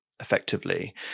effectively